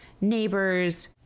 Neighbors